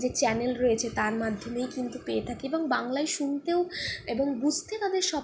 যে চ্যানেল রয়েছে তার মাধ্যমেই কিন্তু পেয়ে থাকি এবং বাংলায় শুনতেও এবং বুঝতে তাদের